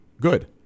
good